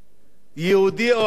יהודי או ערבי,